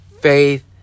faith